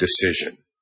decision